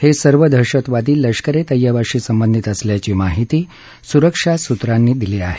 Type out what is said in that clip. हे सर्व दहशतवादी लष्कर ए तय्यबाशी संबंधित असल्याची महिती सुरक्षा सुत्रांनी दिली आहे